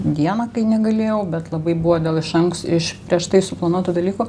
dieną kai negalėjau bet labai buvo dėl iš anksto iš prieš tai suplanuotų dalykų